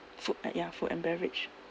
food and ya food and beverage